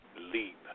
leap